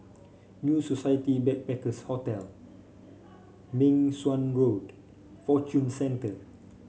New Society Backpackers' Hotel Meng Suan Road Fortune Centre